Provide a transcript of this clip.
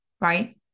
right